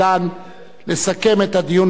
לסכם את הדיון בשם הממשלה.